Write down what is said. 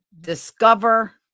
discover